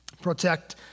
protect